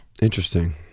Interesting